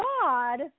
God